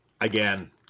again